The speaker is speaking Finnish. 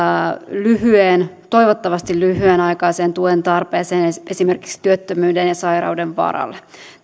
toivottavasti lyhytaikaiseen tuen tarpeeseen esimerkiksi työttömyyden ja sairauden varalle